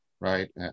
right